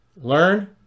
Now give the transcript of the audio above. learn